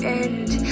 end